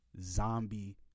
zombie